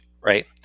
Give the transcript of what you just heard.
right